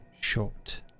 short